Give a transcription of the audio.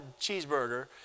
cheeseburger